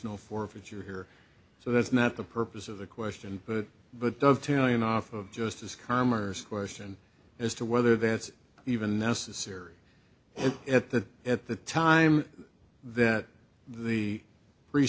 no forfeiture here so that's not the purpose of the question but but does telling off of justice commerce question as to whether that's even necessary and at that at the time that the pre